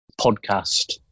podcast